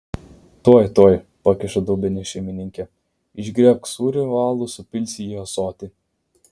tuoj tuoj pakiša dubenį šeimininkė išgriebk sūrį o alų supilsi į ąsotį